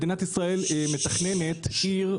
מדינת ישראל מתכננת עיר,